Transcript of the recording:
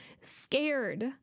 scared